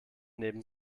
neben